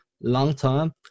long-term